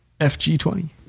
fg20